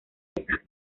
esas